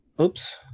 oops